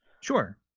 Sure